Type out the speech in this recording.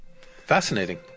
Fascinating